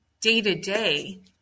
day-to-day